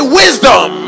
wisdom